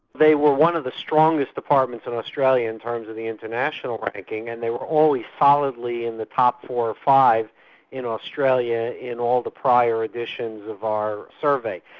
they were one of the strongest departments in australian terms in the international marketing and they were always solidly in the top four or five in australia in all the prior editions of our survey.